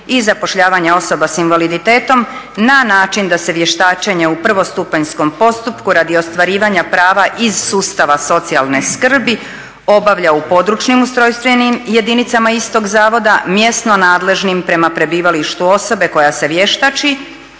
i zapošljavanje osoba s invaliditetom na način da se vještačenje u prvostupanjskom postupku radi ostvarivanja prava iz sustava socijalne skrbi obavlja u područnim ustrojstvenim jedinicama istog zavoda, mjesno nadležnim prema prebivalištu osobe koja se vještači